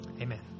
Amen